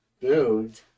dude